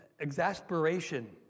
exasperation